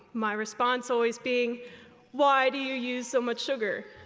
my response always being why do you use so much sugar?